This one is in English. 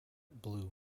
blue